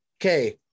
okay